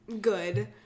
good